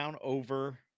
over